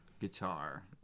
guitar